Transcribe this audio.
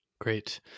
Great